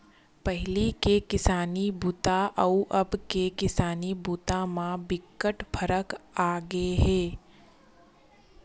पहिली के किसानी बूता अउ अब के किसानी बूता म बिकट फरक आगे हे